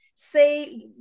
say